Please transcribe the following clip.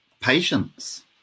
Patience